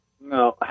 No